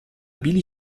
billy